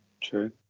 true